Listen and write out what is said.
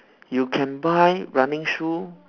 you can buy running shoe